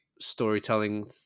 storytelling